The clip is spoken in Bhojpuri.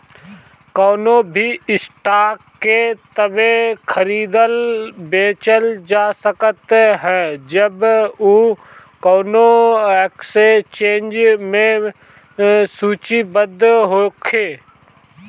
कवनो भी स्टॉक के तबे खरीदल बेचल जा सकत ह जब उ कवनो एक्सचेंज में सूचीबद्ध होखे